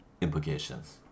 implications